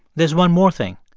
there's one more thing.